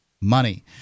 money